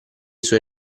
suoi